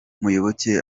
muyoboke